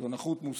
זאת נכות מוסרית,